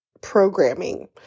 programming